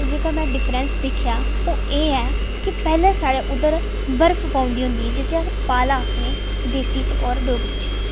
तां जेह्का में डिफरैंस दिखेआ ओह् एह् ऐ की पैह्लें साढ़े उद्धर बर्फ पौंदी होंदी ही जिस्सी अस पाला आखने देसी च और डोगरी च